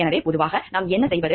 எனவே பொதுவாக நாம் என்ன செய்வது